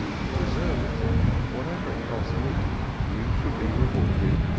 you deserve it, and whatever it costs me you shall be rewarded.